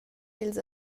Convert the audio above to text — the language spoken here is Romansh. ils